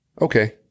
okay